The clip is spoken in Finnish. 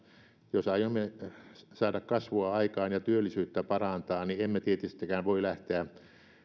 jos aiomme saada kasvua aikaan ja työllisyyttä parantaa niin emme tietystikään voi lähteä